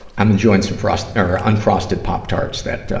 i'm enjoying some frost, er, unfrosted pop tarts that, ah,